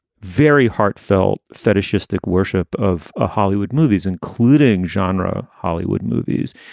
very heartfelt, fetishistic worship of ah hollywood movies, including genre hollywood movies.